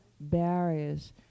barriers